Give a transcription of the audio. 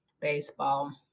Baseball